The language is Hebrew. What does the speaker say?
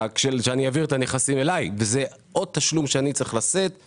כשאני אעביר את הנכסים אלי וזה עוד תשלום שאני צריך לשאת בו